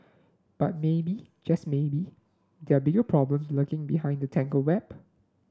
but maybe just maybe there are bigger problem lurking behind the tangled web